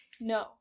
No